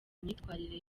myitwarire